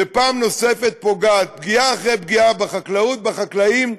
ופעם נוספת פגיעה אחרי פגיעה בחקלאות, בחקלאים.